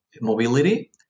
mobility